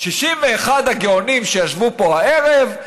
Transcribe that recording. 61 הגאונים שישבו פה הערב,